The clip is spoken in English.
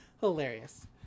hilarious